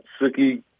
Suki